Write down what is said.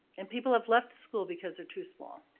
and people have left the school because they're too small.